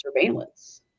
surveillance